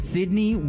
Sydney